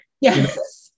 Yes